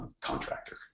contractor